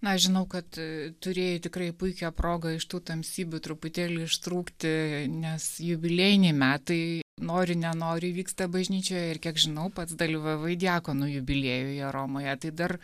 na aš žinau kad turėjai tikrai puikią progą iš tų tamsybių truputėlį ištrūkti nes jubiliejiniai metai nori nenori vyksta bažnyčioje ir kiek žinau pats dalyvavai diakonų jubiliejuje romoje tai dar